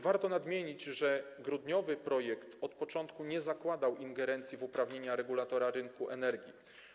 Warto nadmienić, że grudniowy projekt od początku nie zakładał ingerencji w uprawnienia regulatora rynku energii.